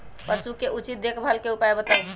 पशु के उचित देखभाल के उपाय बताऊ?